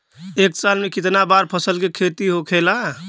एक साल में कितना बार फसल के खेती होखेला?